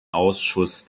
ausschuss